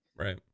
right